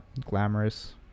glamorous